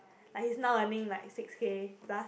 like he's now earning like six K plus